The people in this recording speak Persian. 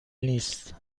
نیست